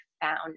found